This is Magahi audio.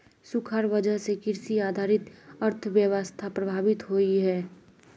सुखार वजह से कृषि आधारित अर्थ्वैवास्था प्रभावित होइयेह